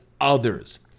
others